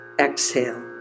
exhale